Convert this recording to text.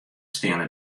steane